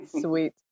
Sweet